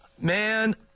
man